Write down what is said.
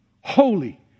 holy